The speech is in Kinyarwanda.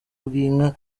bw’inka